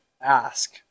ask